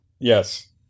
Yes